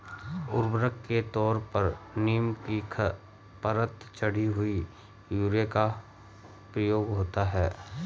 उर्वरक के तौर पर नीम की परत चढ़ी हुई यूरिया का प्रयोग होता है